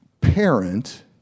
parent